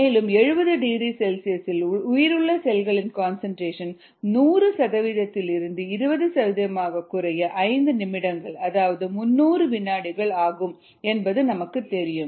மேலும் 70 டிகிரி செல்சியஸில் உயிருள்ள செல்களின் கன்சன்ட்ரேஷன் 100 சதவீதத்தில் இருந்து 20 சதவீதமாகக் குறைய 5 நிமிடங்கள் அதாவது 300 வினாடிகள் ஆகும் என்பது நமக்கு தெரியும்